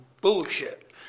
bullshit